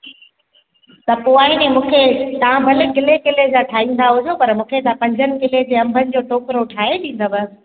त पोइ वरी नी मूंखे तव्हां भले किले किले जा ठाहींदा हुजो पर मूंखे तव्हां पंजनि किले जे अंबनि जो टोकिरो ठाहे ॾींदव